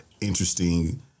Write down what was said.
interesting